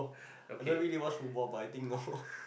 I dunno really they watch football but I think no